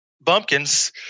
bumpkins